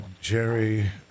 Jerry